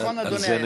נכון, אדוני?